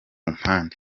mpande